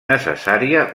necessària